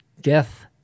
death